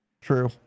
True